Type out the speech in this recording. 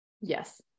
Yes